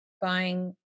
buying